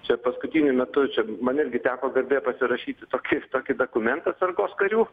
čia paskutiniu metu čia man irgi teko garbė pasirašyti tokius tokį dokumentą atsargos karių